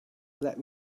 let